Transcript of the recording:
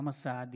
אוסאמה סעדי,